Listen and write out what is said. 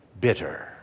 bitter